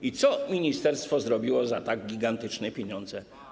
I co ministerstwo zrobiło za tak gigantyczne pieniądze?